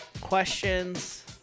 questions